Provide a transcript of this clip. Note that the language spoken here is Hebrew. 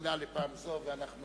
חנינה לפעם הזאת, ואנחנו